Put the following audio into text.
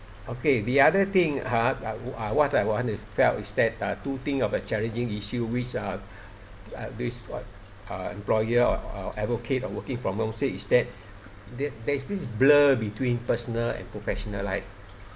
okay the other thing ha uh what I want to tell is that uh to think of a challenging issue which are at least what uh employer or advocate of working from home say is that there there is this blur between personal and professional life